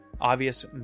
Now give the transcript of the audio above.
Obvious